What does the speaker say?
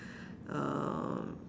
um